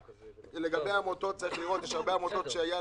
לגבי העמותות צריך לראות שיש הרבה עמותות שהייתה